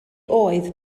oedd